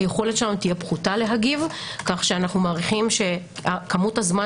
היכולת שלנו תהיה פחותה להגיב כך שאנו מניחים שכמות הזמן